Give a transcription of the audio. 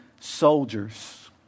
soldiers